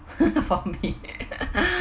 for me